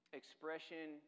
expression